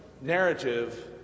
narrative